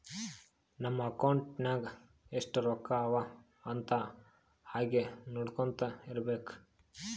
ನಮ್ ಅಕೌಂಟ್ ನಾಗ್ ಎಸ್ಟ್ ರೊಕ್ಕಾ ಅವಾ ಅಂತ್ ಹಂಗೆ ನೊಡ್ಕೊತಾ ಇರ್ಬೇಕ